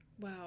Wow